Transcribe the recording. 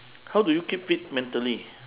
how do you keep fit mentally